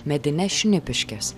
medines šnipiškes